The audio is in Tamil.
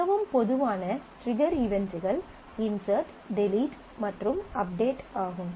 மிகவும் பொதுவான ட்ரிகர் ஈவெண்ட்கள் இன்ஸெர்ட் டெலீட் மற்றும் அப்டேட் ஆகும்